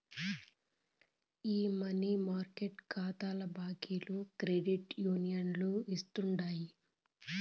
ఈ money market కాతాల బాకీలు క్రెడిట్ యూనియన్లు ఇస్తుండాయి